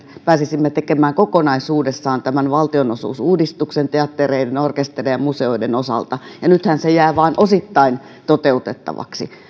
pääsisimme tekemään kokonaisuudessaan tämän valtionosuusuudistuksen teattereiden orkestereiden ja museoiden osalta nythän se jää vain osittain toteutettavaksi